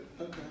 Okay